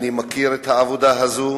אני מכיר את העבודה הזאת,